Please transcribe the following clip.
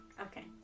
Okay